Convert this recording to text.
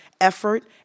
effort